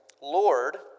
Lord